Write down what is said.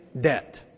debt